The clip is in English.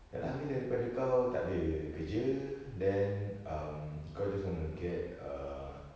ya lah I mean daripada kau tak ada kerja then um kau just want to get a